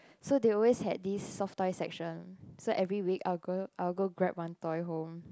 so they always had this soft toy section so every week I'll go I'll go grab one toy home